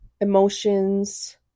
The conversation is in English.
emotions